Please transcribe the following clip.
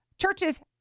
churches